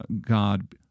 God